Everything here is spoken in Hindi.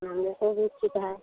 हमको भी ठीक है